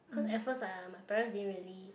cause at first uh my parents didn't really